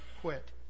quit